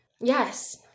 Yes